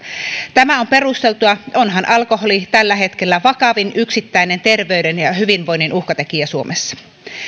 tämä on perusteltua onhan alkoholi tällä hetkellä vakavin yksittäinen terveyden ja hyvinvoinnin uhkatekijä suomessa